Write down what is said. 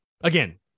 Again